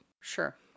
Sure